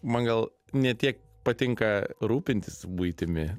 man gal ne tiek patinka rūpintis buitimi